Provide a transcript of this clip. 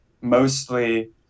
mostly